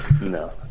no